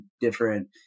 different